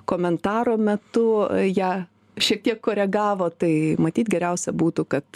komentaro metu ją šiek tiek koregavo tai matyt geriausia būtų kad